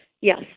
yes